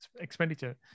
expenditure